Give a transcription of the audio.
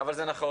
אבל זה נכון.